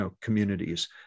communities